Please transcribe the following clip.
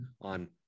on